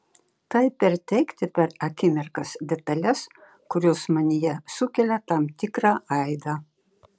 tai perteikti per akimirkas detales kurios manyje sukelia tam tikrą aidą